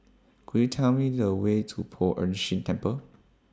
Could YOU Tell Me The Way to Poh Ern Shih Temple